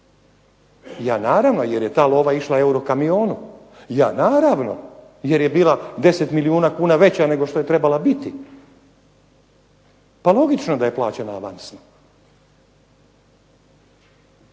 Ja naravno, jer je ta lova išla "Eurokamionu", ja naravno jer je bila 10 milijuna kuna veća nego što je trebala biti pa logično da je plaćena avansno.